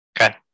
okay